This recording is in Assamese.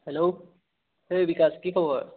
হেল্ল' এই বিকাশ কি খবৰ